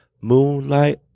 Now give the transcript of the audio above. moonlight